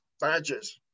badges